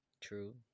True